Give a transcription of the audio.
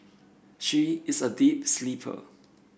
she is a deep sleeper